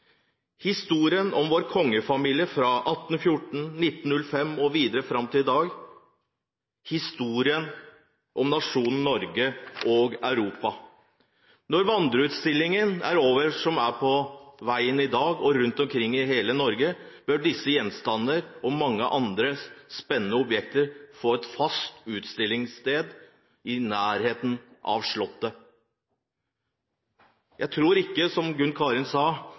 Historien om vår kongefamilie fra 1814, 1905 og videre fram til i dag er historien om nasjonen Norge og Europa. Når vandreutstillingene, som i dag er på veien rundt omkring i hele Norge, er over, bør disse gjenstandene og mange andre spennende objekter få et fast utstillingssted i nærheten av Slottet. Jeg tror ikke, som Gunn Karin Gjul fra Arbeiderpartiet sa,